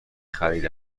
خرید